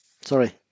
Sorry